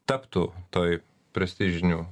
taptų toj prestižinių